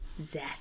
Zeth